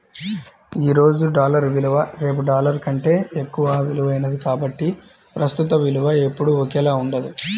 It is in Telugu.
ఈ రోజు డాలర్ విలువ రేపు డాలర్ కంటే ఎక్కువ విలువైనది కాబట్టి ప్రస్తుత విలువ ఎప్పుడూ ఒకేలా ఉండదు